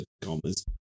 commas